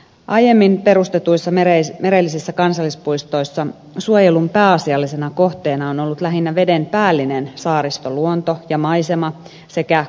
aiemmin perustetuissa merellisissä kansallispuistoissa suojelun pääasiallisena kohteena on ollut lähinnä vedenpäällinen saaristoluonto ja maisema sekä kulttuuriympäristöt